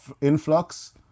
influx